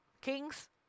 kings